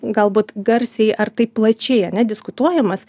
galbūt garsiai ar taip plačiai ne diskutuojamas